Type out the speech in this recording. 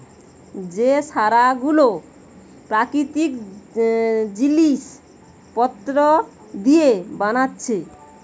যে সার গুলো প্রাকৃতিক জিলিস পত্র দিয়ে বানাচ্ছে